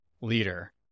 leader